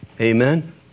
Amen